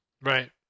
Right